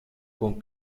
con